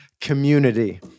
community